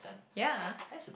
ya